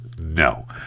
No